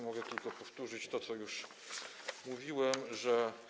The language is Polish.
Mogę tylko powtórzyć to, co już mówiłem, że.